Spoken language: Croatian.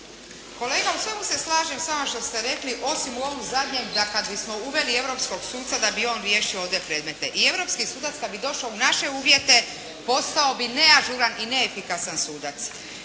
Kolega! U svemu se slažem s vama što ste rekli, osim u ovom zadnjem da kad bismo uveli europskog suca da bi on riješio ovdje predmete. I europski sudac kad bi došao u naše uvjete postao bi neažuran i neefikasan sudac.